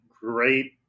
great